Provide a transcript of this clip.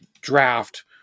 draft